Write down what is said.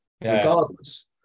regardless